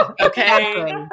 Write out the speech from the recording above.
okay